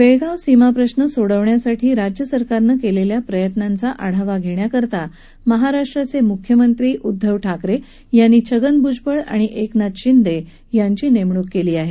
बेळगाव सीमा प्रश्ना सोडवण्यासाठी राज्यसरकारनं केलेल्या प्रयत्नांचा आढावा घेण्यासाठी महाराष्ट्राचे मुख्यमंत्री उद्धव ठाकरे यांनी छगन भुजबळ आणि एकनाथ शिंदे यांची नेमणूक केली आहे